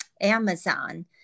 Amazon